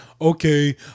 okay